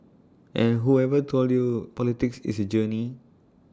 and whoever told you politics is A journey